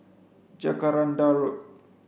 Jacaranda Road